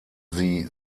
sie